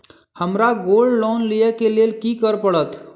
हमरा gold loan लिय केँ लेल की करऽ पड़त?